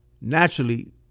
naturally